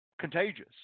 contagious